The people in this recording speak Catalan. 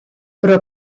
però